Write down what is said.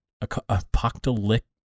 apocalyptic